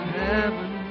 heaven